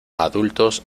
adultos